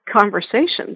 conversations